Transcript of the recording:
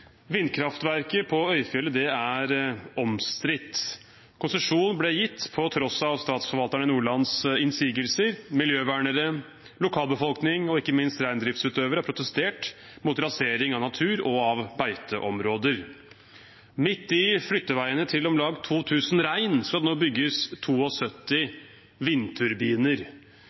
Vindkraftverket på Øyfjellet er omstridt. Konsesjonen ble gitt til tross for innsigelser fra Statsforvalteren i Nordland. Miljøvernere, lokalbefolkningen og ikke minst reindriftsutøvere har protestert mot rasering av natur og beiteområder. Midt i flytteveiene til om lag 2 000 rein skal det nå bygges 72 vindturbiner.